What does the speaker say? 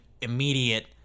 immediate –